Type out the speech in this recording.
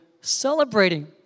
celebrating